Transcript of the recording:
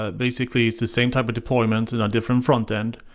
ah basically, the same type of deployment and a different frontend.